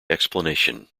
explanation